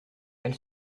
elle